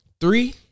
Three